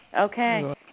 Okay